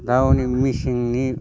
दा हनै मेसिननि